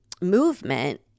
movement